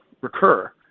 recur